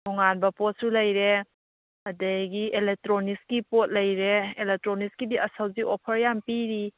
ꯇꯣꯉꯥꯟꯕ ꯄꯣꯠꯁꯨ ꯂꯩꯔꯦ ꯑꯗꯒꯤ ꯑꯦꯂꯦꯛꯇ꯭ꯔꯣꯅꯤꯛꯁꯀꯤ ꯄꯣꯠ ꯂꯩꯔꯦ ꯑꯦꯂꯦꯛꯇ꯭ꯔꯣꯅꯤꯛꯁꯀꯤꯗꯤ ꯑꯁ ꯍꯧꯖꯤꯛ ꯑꯣꯐꯔ ꯌꯥꯝ ꯄꯤꯔꯤ